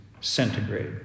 centigrade